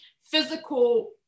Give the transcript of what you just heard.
physical